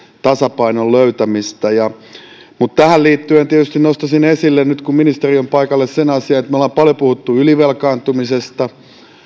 tasapainon löytämistä tähän liittyen tietysti nostaisin esille nyt kun ministeri on paikalla sen asian että me olemme paljon puhuneet ylivelkaantumisesta